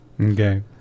okay